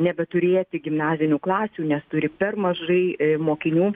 nebeturėti gimnazinių klasių nes turi per mažai mokinių